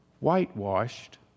whitewashed